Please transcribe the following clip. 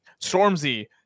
stormzy